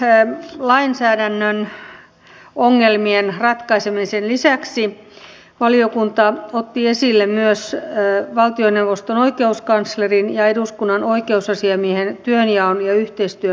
tämän lainsäädännön ongelmien ratkaisemisen lisäksi valiokunta otti esille myös valtioneuvoston oikeuskanslerin ja eduskunnan oikeusasiamiehen työnjaon ja yhteistyön kehittämisen